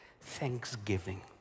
thanksgiving